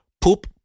Poop